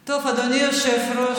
טוב, אדוני היושב-ראש,